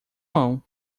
mão